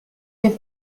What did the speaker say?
have